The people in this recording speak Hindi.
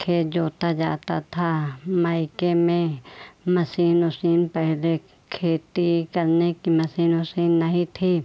खेत जोता जाता था मयके में मसीन ओसीन पहले खेती करने की मसीन ओसीन नहीं थी